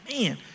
man